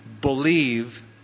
believe